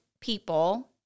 people